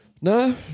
No